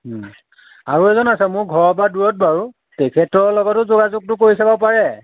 আৰু এজন আছে মোৰ ঘৰৰপৰা দূৰত বাৰু তেখেতৰ লগতো যোগাযোগটো কৰি চাব পাৰে